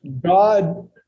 God